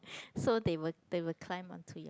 so they will they will climb onto your